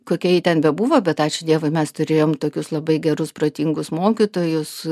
kokia ji ten bebuvo bet ačiū dievui mes turėjom tokius labai gerus protingus mokytojus